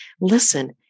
listen